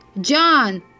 John